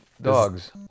dogs